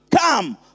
come